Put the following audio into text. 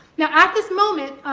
now, at this moment,